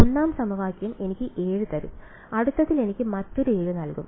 ഒന്നാം സമവാക്യം എനിക്ക് 7 തരും അടുത്തതിൽ എനിക്ക് മറ്റൊരു 7 നൽകും